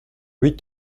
huit